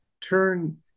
turn